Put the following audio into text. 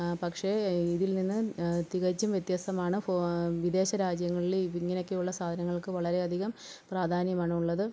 പക്ഷെ ഇതിൽ നിന്നും തികച്ചും വ്യത്യസ്തമാണ് വിദേശ രാജ്യങ്ങളിൽ ഇങ്ങനെയൊക്കെയുള്ള സാധനങ്ങൾക്ക് വളരെയധികം പ്രാധാന്യമാണുള്ളത്